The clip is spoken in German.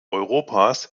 europas